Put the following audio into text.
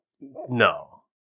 No